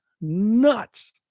nuts